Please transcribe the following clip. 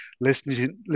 listening